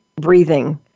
breathing